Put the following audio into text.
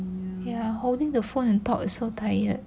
ya holding the phone and talk is so tired